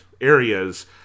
areas